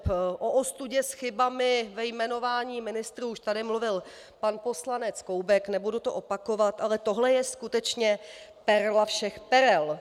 O ostudě s chybami ve jmenování ministrů už tady mluvil pan poslanec Koubek, nebudu to opakovat, ale tohle je skutečně perla všech perel.